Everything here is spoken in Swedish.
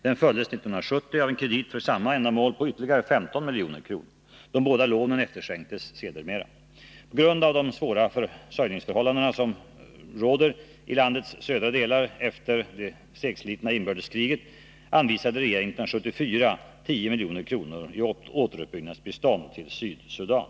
Den följdes 1970 av en kredit för samma ändamål på ytterligare 15 milj.kr. De båda lånen efterskänktes sedermera. På grund av de svåra försörjningsförhållanden som rådde i landets södra delar efter det segslitna inbördeskriget, anvisade regeringen 1974 10 milj.kr. i återuppbyggnadsbistånd till Sydsudan.